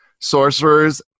sorcerers